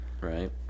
right